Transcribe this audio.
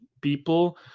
people